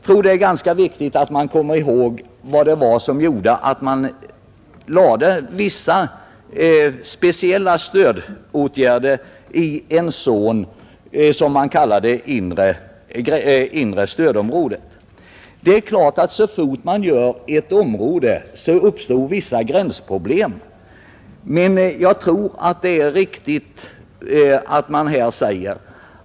Men då är det viktigt att komma ihåg vad det var som gjorde att man företog vissa speciella stödåtgärder i en zon som kallades för inre stödområdet. Så fort man fastställer ett sådant område uppstår det naturligtvis vissa gränsproblem.